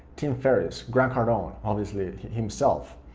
tim ferriss, grant cardone, obviously himself.